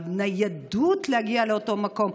הניידות להגיע לאותו מקום,